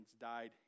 died